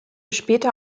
später